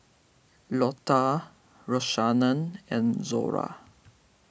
Lotta Rashaan and Zora